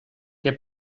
que